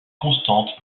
constante